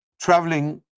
traveling